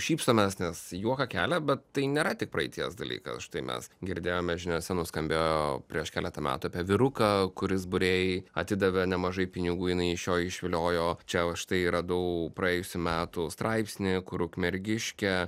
šypsomės nes juoką kelia bet tai nėra tik praeities dalykas štai mes girdėjome žiniose nuskambėjo prieš keletą metų apie vyruką kuris būrėjai atidavė nemažai pinigų jinai iš jo išviliojo čia o štai radau praėjusių metų straipsnį kur ukmergiškė